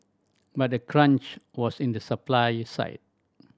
but the crunch was in the supply side